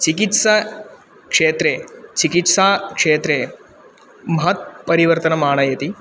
चिकित्सा क्षेत्रे चिकित्सा क्षेत्रे महत् परिवर्तनम् आनयति